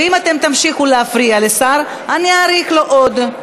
ואם אתם תמשיכו להפריע לשר, אני אאריך לו עוד.